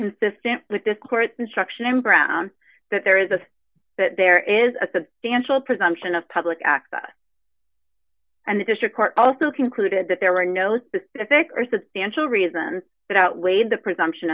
consistent with this court's instruction in grounds that there is a that there is a substantial presumption of public access and the district court also concluded that there were no specific or substantial reasons that outweighed the presumption